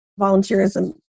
volunteerism